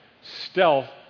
Stealth